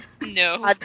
No